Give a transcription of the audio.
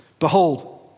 Behold